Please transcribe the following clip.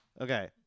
Okay